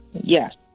Yes